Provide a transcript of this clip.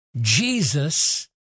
Jesus